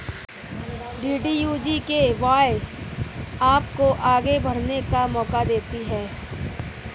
DDU GKY आपको आगे बढ़ने का मौका देती है